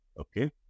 Okay